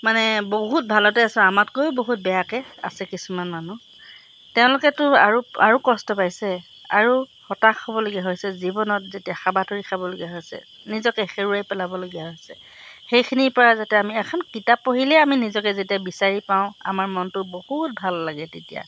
মানে বহুত ভালতে আছোঁ আমাতকৈও বহুত বেয়াকে আছে কিছুমান মানুহ তেওঁলোকেতো আৰু আৰু কষ্ট পাইছে আৰু হতাশ হ'বলগীয়া হৈছে জীৱনত যেতিয়া হাবাথুৰি খাবলগীয়া হৈছে নিজকে হেৰুৱাই পেলাবলগীয়া হৈছে সেইখিনিৰ পৰা যাতে আমি এখন কিতাপ পঢ়িলেই আমি নিজকে যেতিয়া বিচাৰি পাওঁ আমাৰ মনটো বহুত ভাল লাগে তেতিয়া